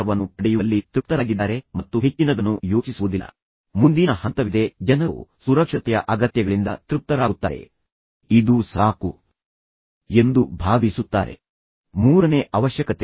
6 ಸಿಕ್ಕಿತು ಎಂದು ಹೇಳುತ್ತಾನೆ ಮತ್ತು ನಂತರ ನಿಧಾನವಾಗಿ ನೀವು ಇಲ್ಲಿ ತನಕ ಅದು ಪ್ರಚೋದಿಸುವುದಿಲ್ಲ ಎಂದು ನೋಡುತ್ತೀರಿ ಆದರೆ ನಂತರ ಅದು ಅವನು ಹೇಳಿದಂತೆ ಆದರೆ ಅದು ಅದನ್ನು 10 ಮಕ್ಕಳನ್ನಾಗಿ ಮಾಡುವುದಿಲ್ಲ ಆದ್ದರಿಂದ ಮಗು ಎಂಬ ಪದವೂ ಸಹ ಸ್ವಲ್ಪ ಚಿಕ್ಕದಾಗಿದೆ